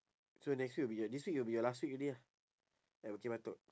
so next week will be your this week will be your last week already ah at bukit batok